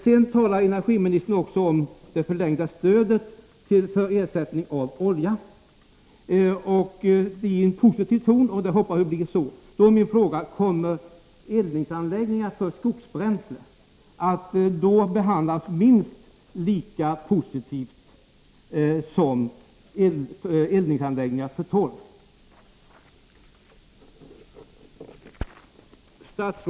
Sedan talar energiministern i positiv ton om ett fortsatt stöd för åtgärder som syftar till att ersätta olja. Min fråga lyder: Kommer eldningsanläggningar för skogsbränsle att behandlas minst lika positivt som torveldade anläggningar?